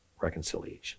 reconciliation